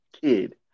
kid